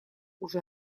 уже